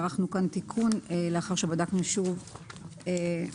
ערכנו כאן תיקון לאחר שבדקנו שוב בנספח.